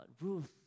Ruth